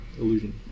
illusion